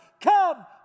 Come